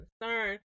concern